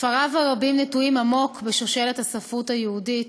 ספריו הרבים נטועים עמוק בשושלת הספרות היהודית.